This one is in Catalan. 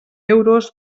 euros